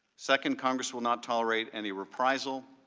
second, congress will not tolerate any reprisal,